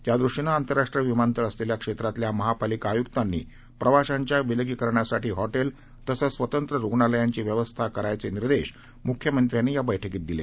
यादृष्टीनंआंतरराष्ट्रीयविमानतळंअसलेल्याक्षेत्रातल्यामहापालिकाआय्क्तांनीप्रवाशांच्याविल गीकरणासाठीहॉटेलतसंचस्वतंत्ररुग्णालयांचीव्यवस्थाकरायचेनिर्देशम्ख्यमंत्र्यांनीयाबैठकीतदि ले